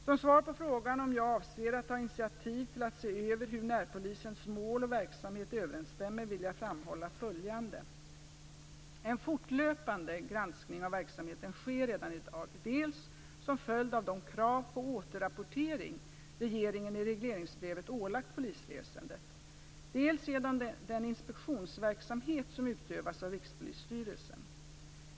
Som svar på frågan om jag avser att ta initiativ till att se över hur närpolisens mål och verksamhet överensstämmer vill jag framhålla följande: En fortlöpande granskning av verksamheten sker redan i dag dels som följd av de krav på återrapportering regeringen i regleringsbrevet ålagt polisväsendet, dels genom den inspektionsverksamhet som utövas av Rikspolisstyrelsen.